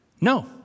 No